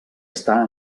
està